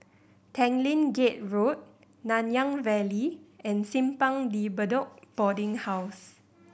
Tanglin Gate Road Nanyang Valley and Simpang De Bedok Boarding House